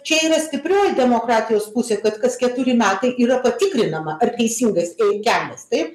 čia yra stiprios demokratijos pusė kad kas keturi metai yra patikrinama ar teisingas ei kelias taip